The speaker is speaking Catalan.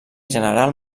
general